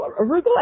Arugula